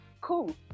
Cool